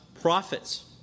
prophets